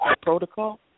protocol